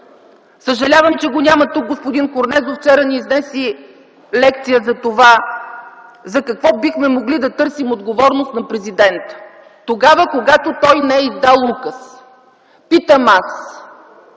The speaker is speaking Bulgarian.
Съжалявам, че тук го няма господин Корнезов – вчера ни изнесе лекция за какво бихме могли да търсим отговорност на президента – тогава, когато той не е издал указ. Питам аз